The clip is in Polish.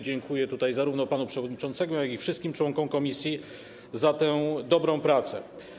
Dziękuję tutaj zarówno panu przewodniczącemu, jak i wszystkim członkom komisji za tę dobrą pracę.